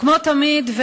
כמו תמיד,